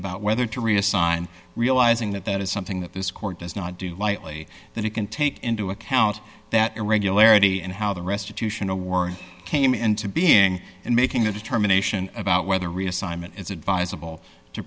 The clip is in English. about whether to reassign realizing that that is something that this court does not do lightly that it can take into account that irregularity and how the restitution award came into being and making the determination about whether reassignment is advisable to